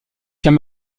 qu’un